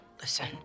Listen